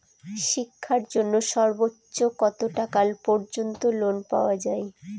শিক্ষার জন্য সর্বোচ্চ কত টাকা পর্যন্ত লোন পাওয়া য়ায়?